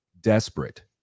Desperate